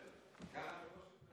סגן שר